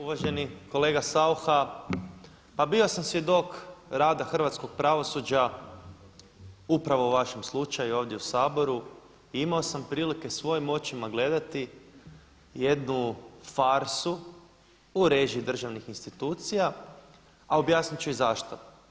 Uvaženi kolega Saucha, pa bio sam svjedok rada hrvatskog pravosuđa upravo u vašem slučaju ovdje u Saboru imao sam prilike svojim očima gledati jednu farsu u režiji državnih institucija, a objasnit ću i zašto.